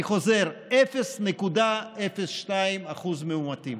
אני חוזר: 0.02% מאומתים.